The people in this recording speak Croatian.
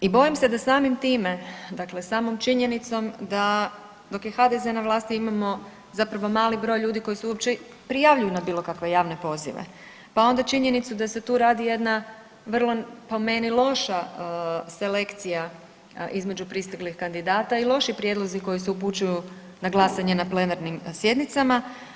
I bojim se da samim time, dakle samom činjenicom da dok je HDZ na vlasti imamo zapravo mali broj ljudi koji se uopće prijavljuju na bilo kakve javne pozive, pa onda činjenicu da se tu radi jedna vrlo po meni loša selekcija između pristiglih kandidata i loši prijedlozi koji se upućuju na glasanje na plenarnim sjednicama.